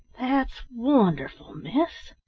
that's wonderful, miss,